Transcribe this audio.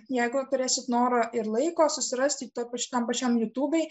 jeigu turėsit noro ir laiko susirasti toj pač tam pačiam jūtubėj